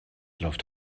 läuft